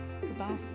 Goodbye